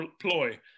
ploy